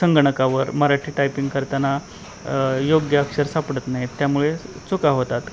संगणकावर मराठी टायपिंग करताना योग्य अक्षर सापडत नाहीत त्यामुळे चुका होतात